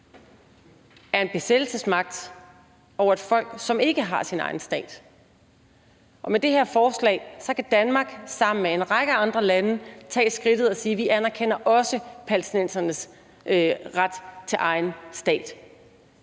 er en besættelsesmagt over et folk, som ikke har sin egen stat. Og med det her forslag kan Danmark sammen med en række andre lande tage skridtet og sige, at vi også anerkender palæstinensernes ret til egen stat,